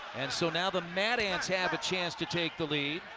and so now the mad ants have a chance to take the lead.